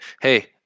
Hey